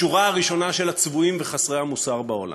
בשורה הראשונה של הצבועים וחסרי המוסר בעולם.